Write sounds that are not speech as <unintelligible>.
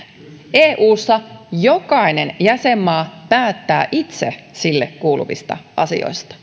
eussa jokainen jäsenmaa päättää itse sille kuuluvista asioista <unintelligible>